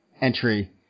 entry